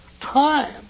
time